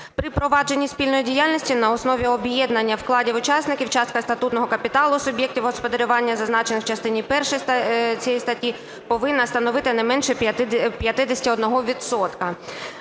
При провадженні спільної діяльності на основі об'єднання вкладів учасників частка статутного капіталу суб'єктів господарювання зазначених в частині першій цієї статті повинна становити не менше 51